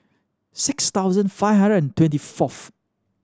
six thousand five hundred and twenty fourth